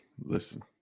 Listen